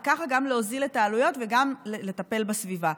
וככה גם להוזיל את העלויות וגם לטפל בסביבה.